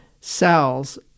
cells